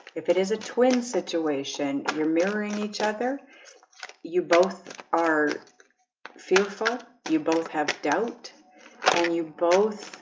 if it is a twin situation, you're mirroring each other you both are fearful you both have doubt and you both